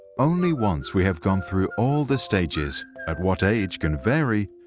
only once we have gone through all the stages, at what age can vary,